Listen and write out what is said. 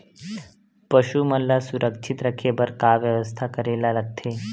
पशु मन ल सुरक्षित रखे बर का बेवस्था करेला लगथे?